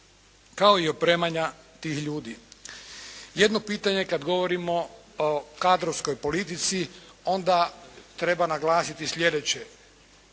kao i opremanja tih ljudi. Jedno pitanje kada govorimo o kadrovskoj politici onda treba naglasiti sljedeće.